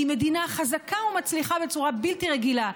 היא מדינה חזקה ומצליחה בצורה בלתי רגילה.